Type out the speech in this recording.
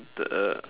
the uh